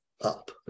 up